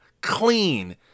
clean